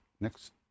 next